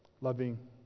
Loving